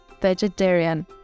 vegetarian